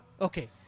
Okay